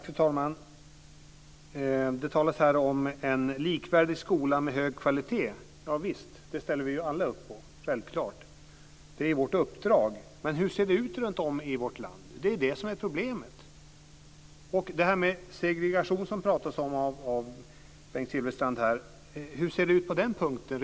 Fru talman! Det talas här om en likvärdig skola med hög kvalitet. Javisst, det ställer vi alla självklart upp på; det är vårt uppdrag. Men problemet är ju hur det ser ut runtom i vårt land. Bengt Silfverstrand talar här om segregation. Hur ser det redan i dag ut på den punkten?